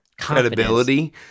credibility